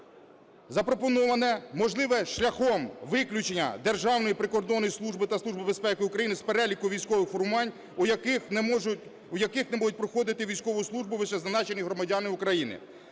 Запропоноване можливе шляхом виключення Державної прикордонної служби та Служби безпеки України з переліку військових формувань у яких не можуть проходити військову службу вищезазначені громадяни України.